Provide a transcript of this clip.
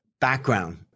background